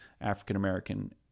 African-American